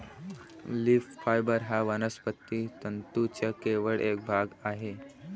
leaf fibre हा वनस्पती तंतूंचा केवळ एक भाग आहे